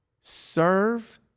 serve